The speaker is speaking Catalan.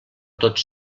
tots